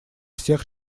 всех